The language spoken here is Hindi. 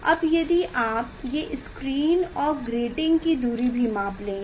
अब यदि आप ये स्क्रीन और ग्रेटिंग की दूरी भी माप लेंगे